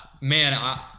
man